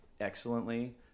excellently